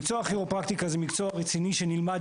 מקצוע הכירופרקטיקה זה מקצוע רציני שנלמד